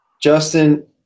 justin